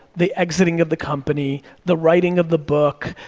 the exiting of the company, the writing of the book,